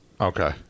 Okay